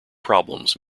problems